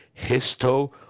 Histo